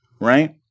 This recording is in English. right